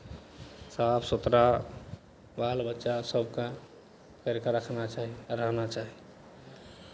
साफ सुथरा बालबच्चा सभकेँ करि कऽ रखना चाही रहना चाही